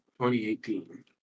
2018